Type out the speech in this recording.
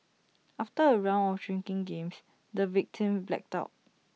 after A round of drinking games the victim blacked out